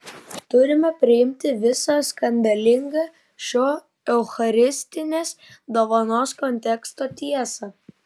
turime priimti visą skandalingą šio eucharistinės dovanos konteksto tiesą